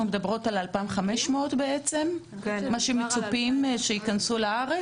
מדברות על ה-2,500 שמצופים שייכנסו לארץ?